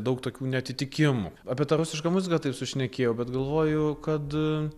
daug tokių neatitikimų apie tą rusišką muziką taip sušnekėjau bet galvoju kad